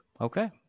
Okay